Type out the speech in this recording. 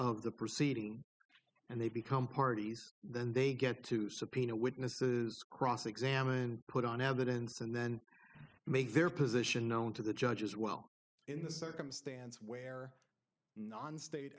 of the proceedings and they become parties then they get to subpoena witnesses cross examined put on evidence and then make their position known to the judge as well in the circumstance where nonstate